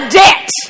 debt